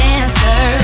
answer